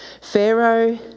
Pharaoh